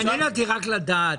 מעניין אותי רק לדעת,